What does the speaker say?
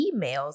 emails